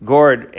Gord